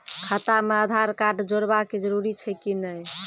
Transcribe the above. खाता म आधार कार्ड जोड़वा के जरूरी छै कि नैय?